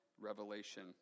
revelation